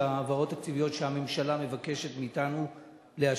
ההעברות התקציביות שהממשלה מבקשת מאתנו לאשר,